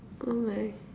oh my